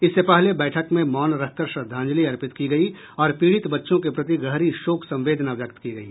इससे पहले बैठक में मौन रखकर श्रद्धांजलि अर्पित की गयी और पीड़ित बच्चों के प्रति गहरी शोक संवेदना व्यक्त की गयी